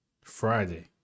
Friday